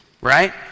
right